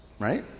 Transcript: Right